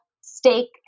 steak